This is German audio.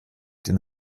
den